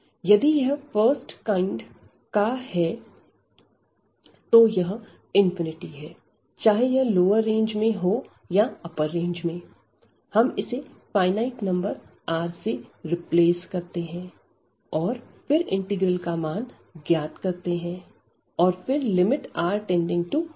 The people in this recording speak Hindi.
यदि यह फर्स्ट काइंड का है तो यह है चाहे यह लोअर रेंज में हो या अप्पर रेंज में हम इसे फाइनाइट नंबर R से रिप्लेस करते हैं और फिर इंटीग्रल का मान ज्ञात करते हैं और फिर R→∞ लेते हैं